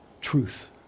truth